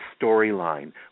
storyline